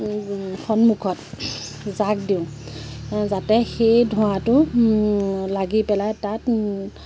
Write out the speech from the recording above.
সন্মুখত জাক দিওঁ যাতে সেই ধোঁৱাটো লাগি পেলাই তাত